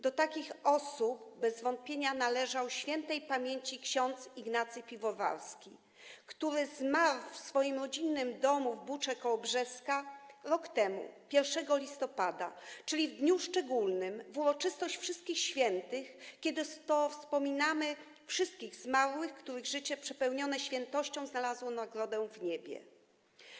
Do takich osób bez wątpienia należał śp. ks. Ignacy Piwowarski, który zmarł w swoim rodzinnym domu we wsi Bucze k. Brzeska rok temu 1 listopada, czyli w dniu szczególnym, w uroczystość Wszystkich Świętych, kiedy to wspominamy wszystkich zmarłych, których życie przepełnione świętością znalazło nagrodę w niebie.